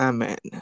Amen